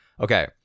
okay